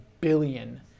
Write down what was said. billion